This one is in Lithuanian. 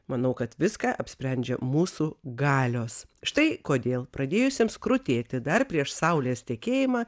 manau kad viską apsprendžia mūsų galios štai kodėl pradėjusiems krutėti dar prieš saulės tekėjimą